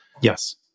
Yes